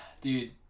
Dude